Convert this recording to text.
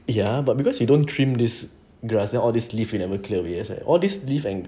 ya but because you don't trim this grass then all this leaves you never clear it except all these leaves and